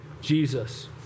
Jesus